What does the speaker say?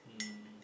mm